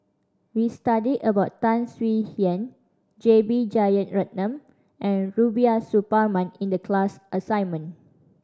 we studied about Tan Swie Hian J B Jeyaretnam and Rubiah Suparman in the class assignment